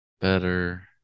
better